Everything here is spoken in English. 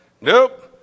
Nope